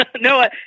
No